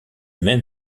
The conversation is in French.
même